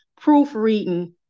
proofreading